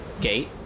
gate